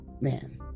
man